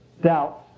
doubts